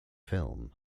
film